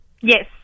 Yes